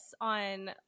on